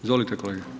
Izvolite kolega.